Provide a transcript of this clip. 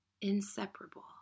inseparable